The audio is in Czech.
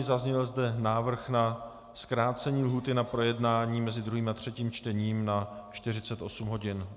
Zazněl zde návrh na zkrácení lhůty na projednání mezi druhým a třetím čtením na 48 hodin.